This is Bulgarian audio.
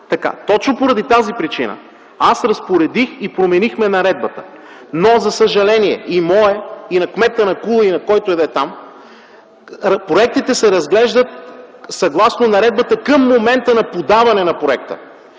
Точно поради тази причина аз разпоредих и променихме наредбата. Но за съжаление – мое, на кмета на Кула или на който и да е там, проектите се разглеждат съгласно наредбата към момента на подаване на проекта.